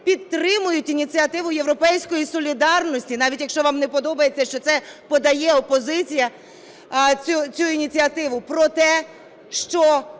підтримають ініціативу "Європейської солідарності"? навіть, якщо вам не подобається, що це подає опозиція цю ініціативу, про те, що